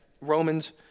Romans